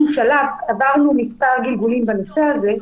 עברנו מספר גלגולים בנושא הזה.